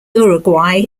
uruguay